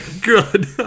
Good